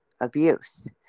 abuse